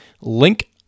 link